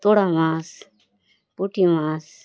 তোড়া মাছ পুটি মাছ